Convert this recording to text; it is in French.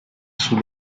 sous